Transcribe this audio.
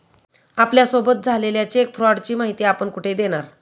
आपल्यासोबत झालेल्या चेक फ्रॉडची माहिती आपण कुठे देणार?